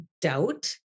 doubt